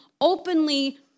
openly